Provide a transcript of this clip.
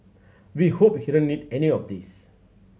we hope he didn't need any of these